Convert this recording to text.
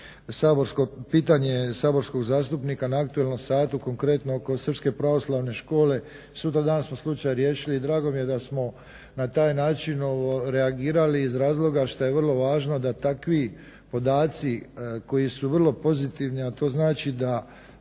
pitanje saborskog zastupnika na aktualnom satu konkretno oko Srpske pravoslavne škole. Sutradan smo slučaj riješili. Drago mi je da smo na taj način reagirali iz razloga što je vrlo važno da takvi podaci koji su vrlo pozitivni a to znači da